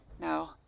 no